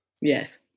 Yes